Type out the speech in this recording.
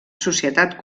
societat